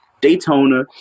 Daytona